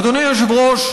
אדוני היושב-ראש,